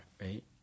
right